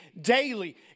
daily